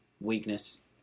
weakness